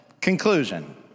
conclusion